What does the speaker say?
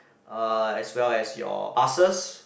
uh as well as your busses